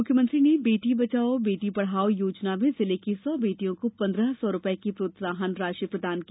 मुख्यमंत्री ने बेटी बचाओ बेटी पढ़ाओ योजना में जिले की सौ बेटियों को पन्द्रह सौ रूपये की प्रोत्साहन राशि प्रदान की